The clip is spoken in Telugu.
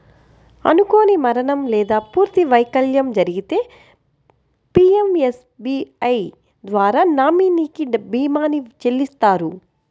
అనుకోని మరణం లేదా పూర్తి వైకల్యం జరిగితే పీయంఎస్బీఐ ద్వారా నామినీకి భీమాని చెల్లిత్తారు